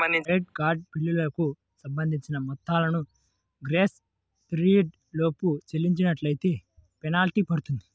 credit card బిల్లులకు సంబంధించిన మొత్తాలను గ్రేస్ పీరియడ్ లోపు చెల్లించనట్లైతే ఫెనాల్టీ పడుతుంది